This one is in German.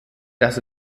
das